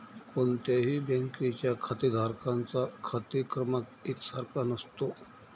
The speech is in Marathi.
कोणत्याही बँकेच्या खातेधारकांचा खाते क्रमांक एक सारखा नसतो